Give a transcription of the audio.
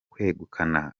kwegukana